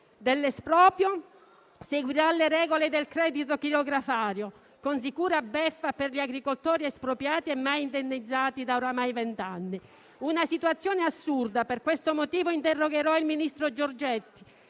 dell'esproprio seguirà le regole del credito chirografario, con sicura beffa per gli agricoltori espropriati e mai indennizzati da oramai vent'anni. E' una situazione assurda e per questo motivo interrogherò il ministro Giorgetti,